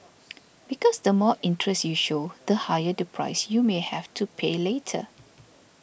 because the more interest you show the higher the price you may have to pay later